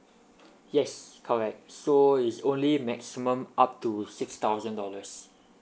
yes correct so is only maximum up to six thousand dollars